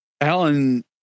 Alan